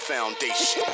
Foundation